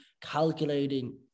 calculating